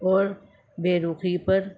اور بےرخی پر